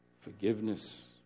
Forgiveness